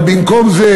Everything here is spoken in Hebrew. אבל במקום זה,